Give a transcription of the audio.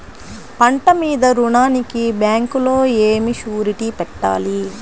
పంట మీద రుణానికి బ్యాంకులో ఏమి షూరిటీ పెట్టాలి?